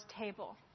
table